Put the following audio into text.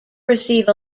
receive